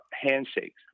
Handshakes